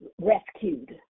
rescued